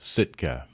Sitka